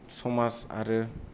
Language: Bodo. समाज आरो